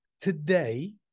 today